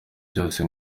byose